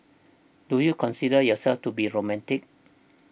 do you consider yourself to be romantic